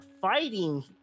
fighting